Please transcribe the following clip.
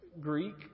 Greek